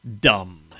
Dumb